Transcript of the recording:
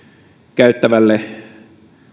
käyttävälle